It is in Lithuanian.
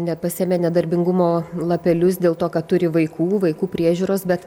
net pasiėmė nedarbingumo lapelius dėl to kad turi vaikų vaikų priežiūros bet